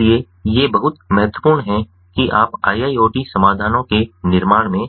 इसलिए ये बहुत महत्वपूर्ण हैं कि आप IIoT समाधानों के निर्माण में